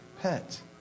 pet